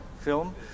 film